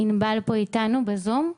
ענבל פה אתנו בזום,